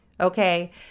okay